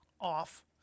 off